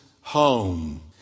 home